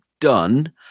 done